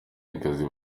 akazi